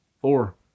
Four